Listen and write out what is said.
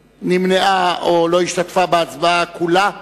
נמנעה, או לא השתתפה, בהצבעה כולה,